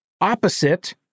opposite